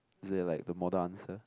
is there like the model answer